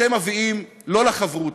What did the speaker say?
אתם מביאים לא לחברותא.